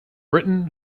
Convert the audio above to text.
britain